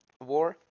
war